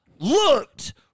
looked